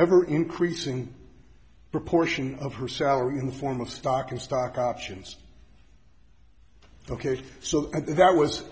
ever increasing proportion of her salary in the form of stock in stock options ok so that was